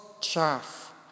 chaff